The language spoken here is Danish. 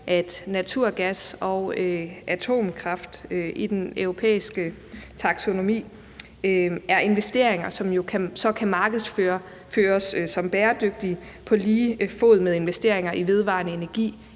at naturgas og atomkraft i den europæiske taksonomi er investeringer, som så kan markedsføres som bæredygtige på lige fod med investeringer i vedvarende energi